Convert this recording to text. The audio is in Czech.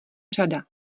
řada